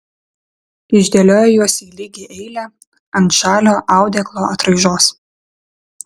išdėliojo juos į lygią eilę ant žalio audeklo atraižos